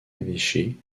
évêché